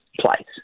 place